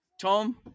Tom